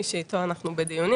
מי שאיתו אנחנו בדיונים.